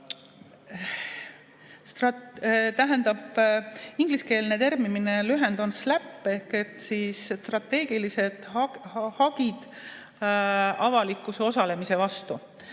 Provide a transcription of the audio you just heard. Tähendab, ingliskeelse termini lühend on SLAPP ehk "strateegilised hagid avalikkuse osalemise vastu".